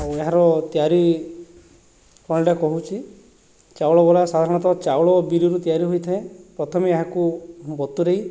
ଆଉ ଏହାର ତିଆରି କହୁଛି ଚାଉଳ ବରା ସାଧାରଣତଃ ଚାଉଳ ବିରିରୁ ତିଆରି ହୋଇଥାଏ ପ୍ରଥମେ ଏହାକୁ ବତୁରାଇ